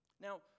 Now